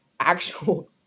actual